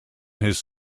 his